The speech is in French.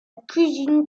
cuisine